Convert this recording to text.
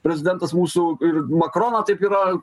prezidentas mūsų ir makrono taip yra